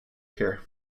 here